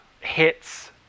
hits